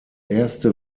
erste